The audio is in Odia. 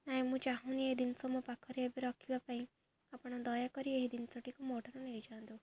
ନାଇଁ ମୁଁ ଚାହୁଁନି ଏ ଜିନିଷ ମୋ ପାଖରେ ଏବେ ରଖିବା ପାଇଁ ଆପଣ ଦୟାକରି ଏହି ଜିନିଷଟିକୁ ମୋଠାରୁ ନେଇଯାଆନ୍ତୁ